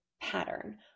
pattern